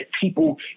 people